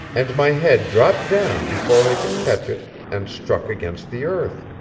and my head dropped down before i could catch it and struck against the earth,